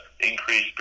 increased